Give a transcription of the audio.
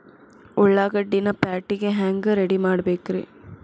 ಉಳ್ಳಾಗಡ್ಡಿನ ಪ್ಯಾಟಿಗೆ ಹ್ಯಾಂಗ ರೆಡಿಮಾಡಬೇಕ್ರೇ?